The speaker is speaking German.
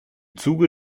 zuge